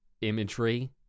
imagery